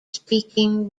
speaking